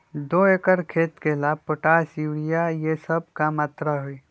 दो एकर खेत के ला पोटाश, यूरिया ये सब का मात्रा होई?